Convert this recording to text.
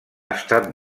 estat